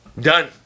Done